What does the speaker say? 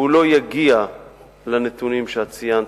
והוא לא יגיע לנתונים שציינת,